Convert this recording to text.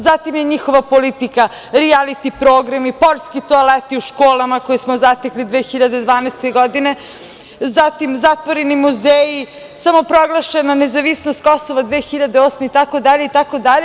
Njihova politika je rijaliti programi, poljski toaleti u školama koje smo zatekli 2012. godine, zatvoreni muzeji, samoproglašena nezavisnost Kosova 2008. godine itd.